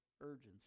urgency